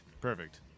Perfect